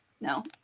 No